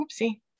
oopsie